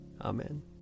Amen